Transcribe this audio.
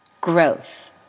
growth